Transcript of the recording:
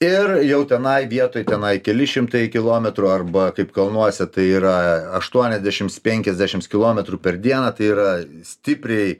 ir jau tenai vietoj tenai keli šimtai kilometrų arba kaip kalnuose tai yra aštuoniasdešims penkiasdešims kilometrų per dieną tai yra stipriai